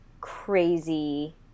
crazy